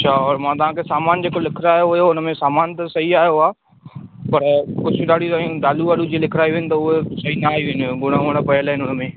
अच्छा और मां तव्हां खे सामान जेको लिखारायो हुयो उन में सामान त सही आयो आहे पर कुझु ॾाढी आहिनि दालूं वालूं लिखारायूं आहिनि त उहे शयूं ना आयू आहिनि घुणा वुणा पयल इन हुन में